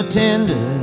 tender